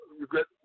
regret